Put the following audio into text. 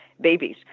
babies